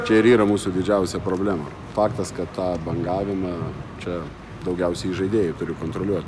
čia ir yra mūsų didžiausia problema faktas kad tą bangavimą čia daugiausiai žaidėjai turi kontroliuoti